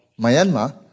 Myanmar